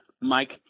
mike